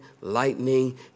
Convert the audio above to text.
lightning